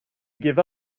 give